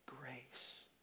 grace